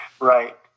right